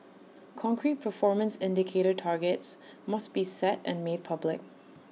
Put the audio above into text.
concrete performance indicator targets must be set and made public